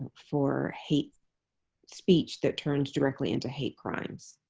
for hate speech that turns directly into hate crimes.